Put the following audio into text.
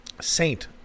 Saint